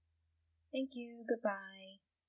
thank you goodbye